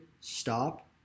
stop